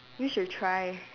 you should try